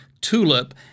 tulip